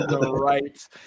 Right